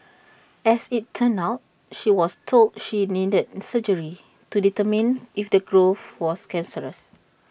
as IT turned out she was told she needed surgery to determine if the growth was cancerous